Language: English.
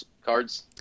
cards